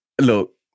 Look